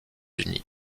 unis